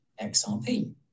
XRP